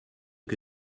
que